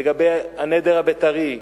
לגבי הנדר הבית"רי,